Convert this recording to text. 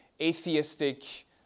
atheistic